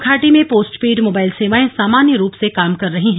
अब घाटी में पोस्टपेड मोबाइल सेवाएं सामान्य रूप से काम कर रही हैं